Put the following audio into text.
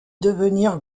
devenir